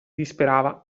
disperava